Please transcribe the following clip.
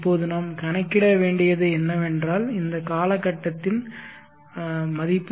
இப்போது நாம் கணக்கிட வேண்டியது என்னவென்றால் இந்த கால கட்டத்தில் என்ன மதிப்பு